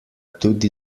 tudi